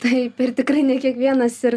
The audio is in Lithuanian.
taip ir tikrai ne kiekvienas ir